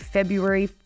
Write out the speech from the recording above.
February